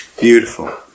Beautiful